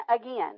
again